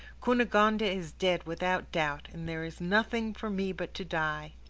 cunegonde is dead without doubt, and there is nothing for me but to die.